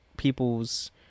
People's